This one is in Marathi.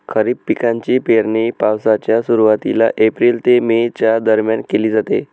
खरीप पिकांची पेरणी पावसाच्या सुरुवातीला एप्रिल ते मे च्या दरम्यान केली जाते